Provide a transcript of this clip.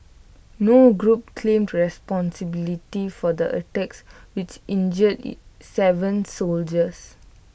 no group claimed responsibility for the attacks which injured Seven soldiers